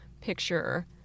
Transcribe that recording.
picture